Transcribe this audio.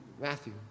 Matthew